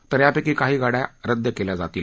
तर यापैकी काही गाडया रद्द केल्या जातील